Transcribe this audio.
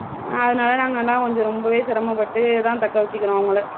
அதனால் நாங்கெல்லாம் கொஞ்சம் ரொம்பவே சிரமப்பட்டு தான் தக்க வெச்சுக்கிறோம் அவங்கள